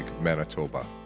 Manitoba